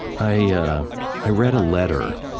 i i read a letter